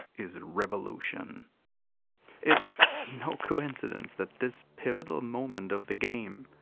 is revolution it's. no coincidence that this pivotal moment of the game,